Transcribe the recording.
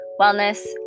wellness